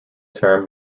term